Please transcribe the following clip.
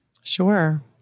sure